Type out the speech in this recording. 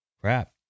Crap